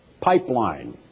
pipeline